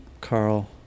Carl